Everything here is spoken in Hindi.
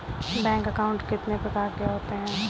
बैंक अकाउंट कितने प्रकार के होते हैं?